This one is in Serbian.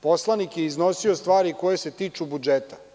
Poslanik je iznosio stvari koje se tiču budžeta.